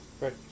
Right